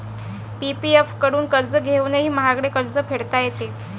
PPF कडून कर्ज घेऊनही महागडे कर्ज फेडता येते